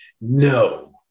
No